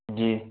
جی